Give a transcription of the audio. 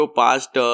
past